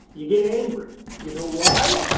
you get angry. do you know why?